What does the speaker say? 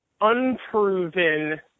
unproven